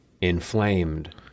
inflamed